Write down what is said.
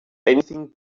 anything